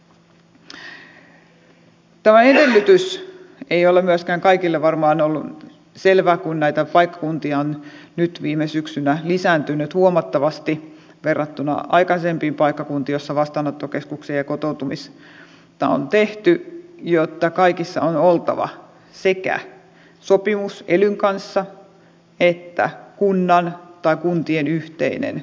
tämä edellytys ei ole myöskään varmaan kaikille ollut selvä kun näitä paikkakuntia on nyt viime syksynä tullut huomattavasti lisää verrattuna aikaisempiin paikkakuntiin joissa vastaanottokeskuksia ja kotoutumista on tehty että kaikissa on oltava sekä sopimus elyn kanssa että kunnan tai kuntien yhteinen kotoutumissuunnitelma